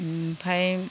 उमफाय